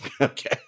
Okay